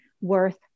worth